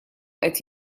qed